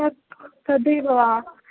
तत् तदेव